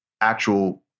actual